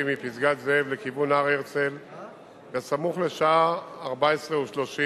מפסגת-זאב לכיוון הר-הרצל בסמוך לשעה 14:30,